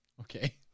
okay